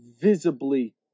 visibly